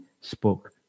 spoke